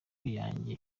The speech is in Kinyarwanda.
yanjye